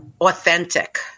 authentic